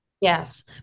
Yes